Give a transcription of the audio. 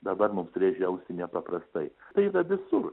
dabar mums rėžia ausį nepaprastai tai yra visur